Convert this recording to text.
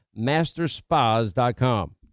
masterspas.com